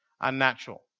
unnatural